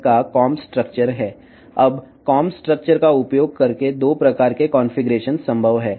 ఇప్పుడు దువ్వెన నిర్మాణాలలో 2 రకాల కాన్ఫిగరేషన్లు సాధ్యమే